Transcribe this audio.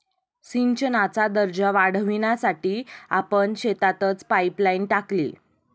सिंचनाचा दर्जा वाढवण्यासाठी आपण शेतातच पाइपलाइन टाकली